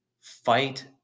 fight